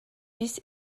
bis